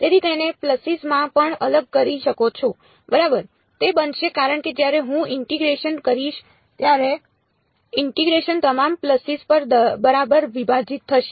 તેથી તેને પલ્સીસ્ માં પણ અલગ કરી શકો છો બરાબર તે બનશે કારણ કે જ્યારે હું ઇન્ટીગ્રેશન કરીશ ત્યારે ઇન્ટીગ્રેશન તમામ પલ્સીસ્ પર બરાબર વિભાજિત થશે